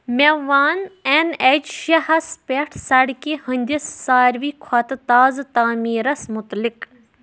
مےٚ ون N H شے ہس پیٹھ سڑکہِ ہٕندِس ساروٕے کھۄتہٕ تازٕ تعمیٖرس مُتلق